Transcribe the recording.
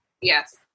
Yes